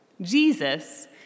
Jesus